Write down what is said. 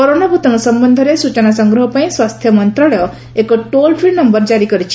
corona ଭୂତାଣୁ ସମ୍ଭନ୍ଧରେ ସୂଚନା ସଂଗ୍ରହ ପାଇଁ ସ୍ୱାସ୍ଥ୍ୟ ମନ୍ତ୍ରଣାଳୟ ଏକ ଟୋଲ୍ ଫ୍ରି ନୟର ଜାରି କରିଛି